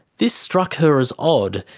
this struck her as odd,